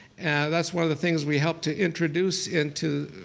that's one of the things we helped to introduce into,